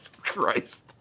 Christ